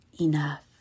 enough